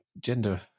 gender